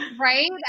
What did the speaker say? right